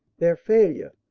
their failure,